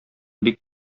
бик